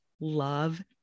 love